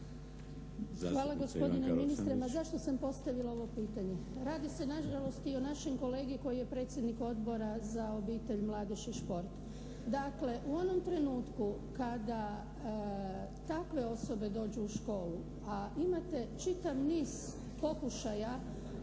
Hvala gospodine ministre. Ma zašto sam postavila ovo pitanje? Radi se nažalost i o našem kolegi koji je predsjednik Odbora za obitelj, mladež i šport. Dakle, u onom trenutku kada takve osobe dođu u školu a imate čitav niz pokušaja